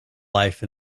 life